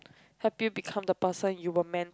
help you become the person you were meant